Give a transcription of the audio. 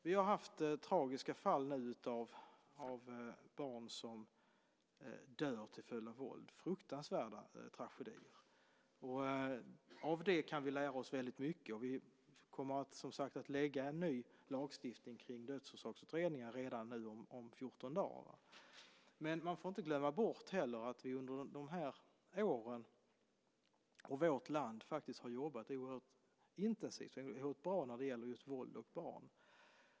Vi har nu haft tragiska fall med barn som dött till följd av våld - fruktansvärda tragedier. Av det kan vi lära oss väldigt mycket. Vi kommer som sagt att lägga fram en ny lagstiftning kring dödsorsaksutredningar redan om 14 dagar. Men man får inte glömma bort att vi i vårt land har jobbat oerhört intensivt och att resultatet varit bra när det gäller just våld mot barn.